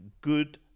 good